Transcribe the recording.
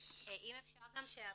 במשרד הבריאות.